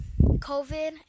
COVID